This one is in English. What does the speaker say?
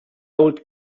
old